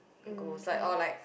goes like or like